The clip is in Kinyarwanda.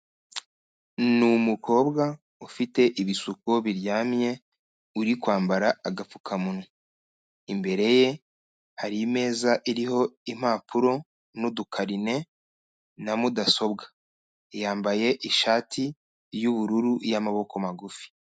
Ni umukobwa ufite ibisuko biryamye uri kwambara agapfukamunwa, imbere ye hari imeza iriho impapuro n'udukarine na mudasobwa, yambaye ishati y'ubururu y'amaboko magufi.